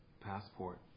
passport